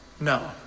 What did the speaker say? No